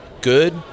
good